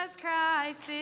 Christ